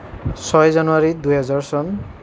ছয় জানুৱাৰী দুই হাজাৰ চন